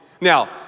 Now